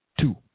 two